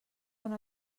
una